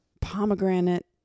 pomegranate